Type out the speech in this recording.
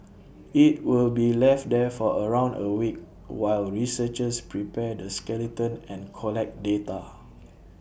IT will be left there for around A week while researchers prepare the skeleton and collect data